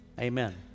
Amen